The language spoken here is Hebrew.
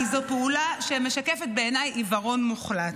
כי זו פעולה שמשקפת בעיניי עיוורון מוחלט,